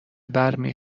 برمی